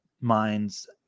minds